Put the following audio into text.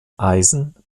eisen